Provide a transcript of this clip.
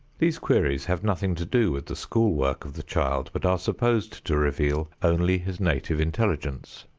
these queries have nothing to do with the school work of the child, but are supposed to reveal only his native intelligence.